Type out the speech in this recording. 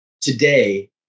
today